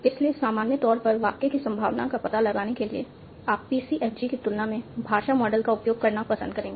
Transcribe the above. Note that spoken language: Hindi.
इसलिए सामान्य तौर पर वाक्य की संभावना का पता लगाने के लिए आप PCFG की तुलना में भाषा मॉडल का उपयोग करना पसंद करेंगे